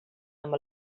amb